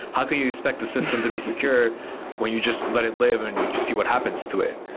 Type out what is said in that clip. how can you expect the system to be secure when you just let it live and you see what happens to it?